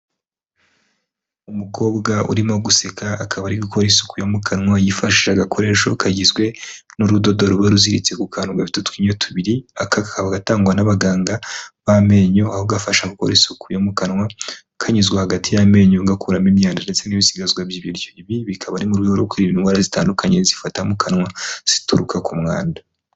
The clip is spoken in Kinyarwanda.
Umukobwa urimo guseka akaba ari gukora isuku yo mu kanwa yifashishije agakoresho kagizwe n'urudodo ruba ruziritse ku kantu gafite utwinyo tubiri, aka kakaba gatangwa n'abaganga b'amenyo, aho gafasha gukora isuku yo mu kanwa kanyuzwa hagati y'amenyo gakuramo imyanda ndetse n'ibisigazwa by'ibiryo. Ibi bikaba ari mu rwego rwo kwirinda indwara zitandukanye zifata mu kanwa zituruka ku mwanda.